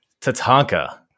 Tatanka